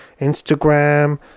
Instagram